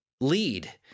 lead